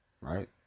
right